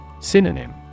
Synonym